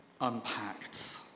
unpacked